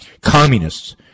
communists